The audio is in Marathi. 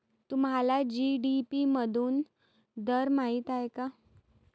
तुम्हाला जी.डी.पी मधून दर माहित आहे का?